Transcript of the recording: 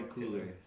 Cooler